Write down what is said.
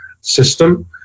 system